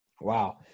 Wow